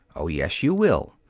oh, yes, you will.